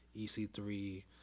EC3